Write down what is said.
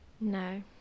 no